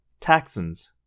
Taxons